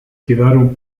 quedaron